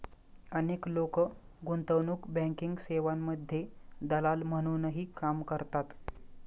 अनेक लोक गुंतवणूक बँकिंग सेवांमध्ये दलाल म्हणूनही काम करतात